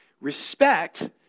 respect